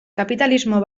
kapitalismo